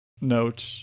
note